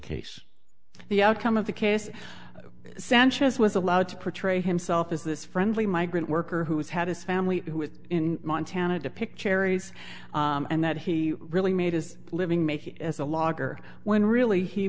case the outcome of the case sanchez was allowed to portray himself as this friendly migrant worker who has had his family who was in montana to pick cherries and that he really made his living making as a lager when really he